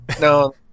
no